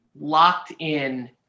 locked-in